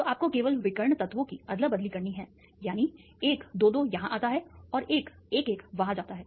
तो आपको केवल विकर्ण तत्वों की अदला बदली करनी है यानी एक 22 यहाँ आता है और एक 11 वहाँ जाता है